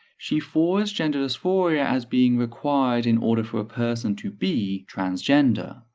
she forwards gender dysphoria as being required in order for a person to be transgender.